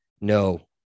No